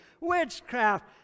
witchcraft